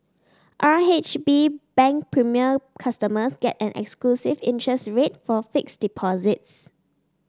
R H B Bank Premier customers get an exclusive interest rate for fixed deposits